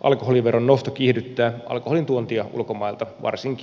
alkoholiveron nosto kiihdyttää alkoholin tuontia ulkomailta varsinkin virosta